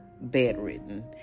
bedridden